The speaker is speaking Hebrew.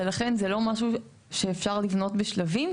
ולכן זה לא משהו שאפשר לבנות בשלבים,